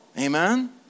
Amen